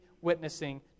witnessing